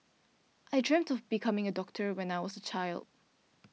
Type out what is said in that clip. I dreamt of becoming a doctor when I was a child